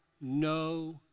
no